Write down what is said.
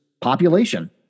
population